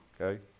Okay